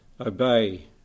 obey